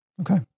Okay